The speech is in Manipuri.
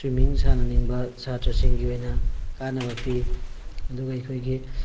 ꯁ꯭ꯋꯤꯝꯃꯤꯡ ꯁꯥꯟꯅꯅꯤꯡꯕ ꯁꯥꯇ꯭ꯔꯁꯤꯡꯒꯤ ꯑꯣꯏꯅ ꯀꯥꯅꯕ ꯄꯤ ꯑꯗꯨꯒ ꯑꯩꯈꯣꯏꯒꯤ